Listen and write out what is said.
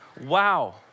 Wow